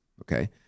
okay